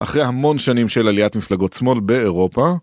אחרי המון שנים של עליית מפלגות שמאל באירופה